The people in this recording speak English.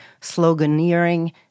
sloganeering